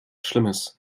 schlimmes